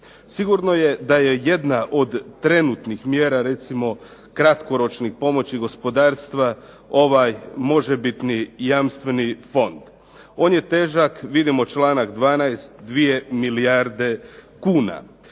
Sigurno je da je jedna od trenutnih mjera recimo kratkoročnih pomoći gospodarstva ovaj možebitni jamstveni fond. On je težak vidimo članak 12. 2 milijarde kuna.